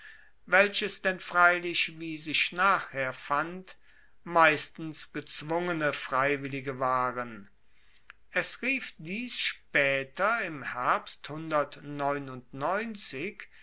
welches denn freilich wie sich nachher fand meistens gezwungene freiwillige waren es rief dies spaeter im herbst